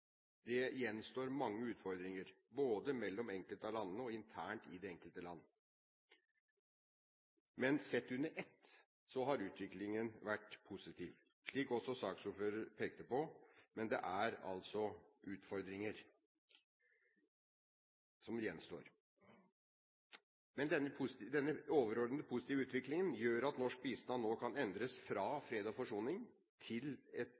Det gjenstår mange utfordringer, både mellom enkelte av landene og internt i det enkelte land. Men sett under ett har utviklingen vært positiv, slik også saksordføreren pekte på, men det er utfordringer som gjenstår. Denne overordnet positive utviklingen gjør at norsk bistand nå kan endres fra fred og forsoning til etablering av et